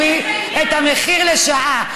תצביעי נגד וזהו.